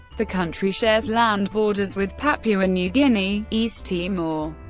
the country shares land borders with papua new guinea, east timor,